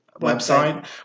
website